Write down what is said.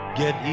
get